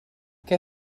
què